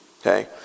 Okay